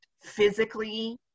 physically